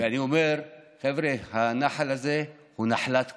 ואני אומר, חבר'ה, הנחל הזה הוא נחלת כולנו.